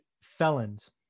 felons